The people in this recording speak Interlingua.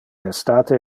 estate